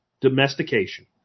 Domestication